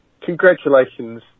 Congratulations